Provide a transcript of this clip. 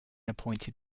appointed